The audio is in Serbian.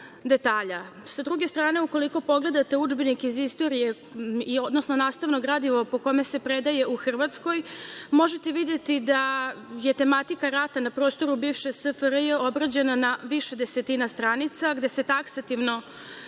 detalja. Sa druge strane, ukoliko pogledate udžbenik iz istorije, odnosno nastavno gradivo po kome se predaje u Hrvatskoj, možete videti da je tematika rata na prostoru bivše SFRJ obrađena na više desetina stranica, gde se taksativno